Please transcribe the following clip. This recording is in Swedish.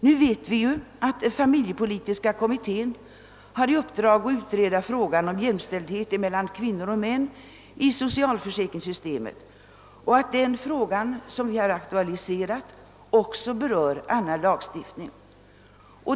Vi vet att familjepolitiska kommittén har i uppdrag att utreda frågan om jämställdhet mellan kvinnor och män i socialförsäkringssystemet och att den fråga vi aktualiserat också berör annan lagstiftning.